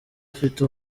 afite